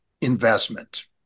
investment